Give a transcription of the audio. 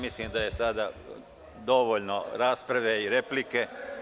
Mislim da je sada dovoljno rasprave i replike.